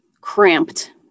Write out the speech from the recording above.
cramped